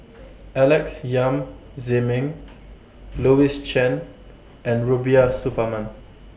Alex Yam Ziming Louis Chen and Rubiah Suparman